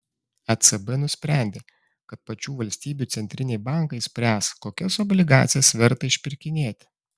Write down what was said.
ecb nusprendė kad pačių valstybių centriniai bankai spręs kokias obligacijas verta išpirkinėti